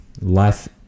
life